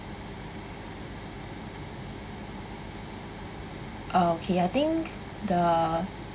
okay I think the